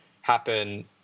happen